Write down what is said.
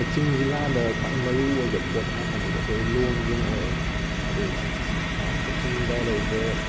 ꯀꯛꯆꯤꯡ ꯖꯤꯂꯥꯗ ꯈ꯭ꯋꯥꯏ ꯃꯔꯨ ꯑꯣꯏꯕ ꯄꯣꯠ ꯍꯥꯏ ꯀꯥꯟꯗꯗꯤ ꯑꯩꯈꯣꯏ ꯂꯣꯟꯁꯤꯅ ꯑꯣꯏ ꯍꯥꯏꯗꯤ ꯀꯛꯆꯤꯡꯗ ꯂꯩꯔꯤꯕꯁꯦ